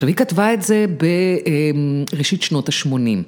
והיא כתבה את זה בראשית שנות ה-80.